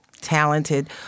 talented